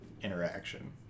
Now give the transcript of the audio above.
interaction